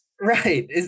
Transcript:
Right